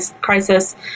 crisis